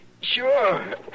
Sure